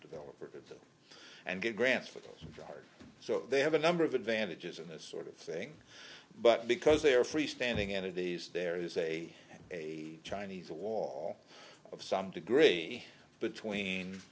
developer to and get grants for them so they have a number of advantages in this sort of thing but because they are free standing in a days there is a a chinese a wall of some degree between